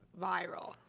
viral